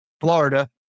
Florida